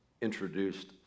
introduced